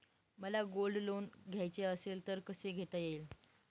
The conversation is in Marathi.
मला गोल्ड लोन घ्यायचे असेल तर कसे घेता येईल?